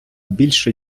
більше